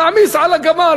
נעמיס על הגמל,